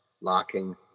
locking